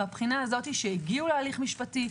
מהבחינה הזו שהגיעו להליך משפטי,